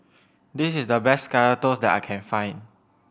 this is the best Kaya Toast that I can find